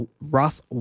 Ross